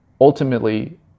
ultimately